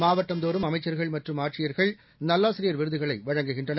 மாவட்டந்தோறும் அமைச்சர்கள் மற்றும் ஆட்சியர்கள் நல்லாசிரியர் விருதுகளை வழங்குகின்றனர்